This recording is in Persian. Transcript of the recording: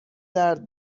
درد